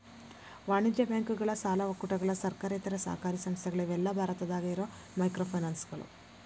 ವಾಣಿಜ್ಯ ಬ್ಯಾಂಕುಗಳ ಸಾಲ ಒಕ್ಕೂಟಗಳ ಸರ್ಕಾರೇತರ ಸಹಕಾರಿ ಸಂಸ್ಥೆಗಳ ಇವೆಲ್ಲಾ ಭಾರತದಾಗ ಇರೋ ಮೈಕ್ರೋಫೈನಾನ್ಸ್ಗಳು